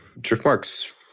Driftmark's